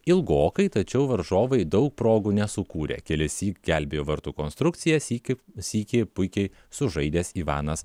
ilgokai tačiau varžovai daug progų nesukūrė kelissyk gelbėjo vartų konstrukciją sykį sykį puikiai sužaidęs ivanas